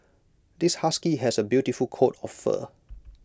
this husky has A beautiful coat of fur